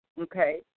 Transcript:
okay